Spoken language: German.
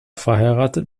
verheiratet